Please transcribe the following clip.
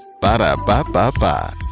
Ba-da-ba-ba-ba